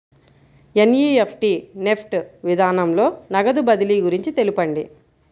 NEFT NEFT విధానంలో నగదు బదిలీ గురించి తెలుపండి?